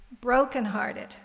brokenhearted